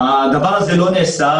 הדבר הזה לא נעשה,